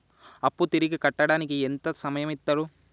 అప్పు తిరిగి కట్టడానికి ఎంత సమయం ఇత్తరు?